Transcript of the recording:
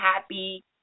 happy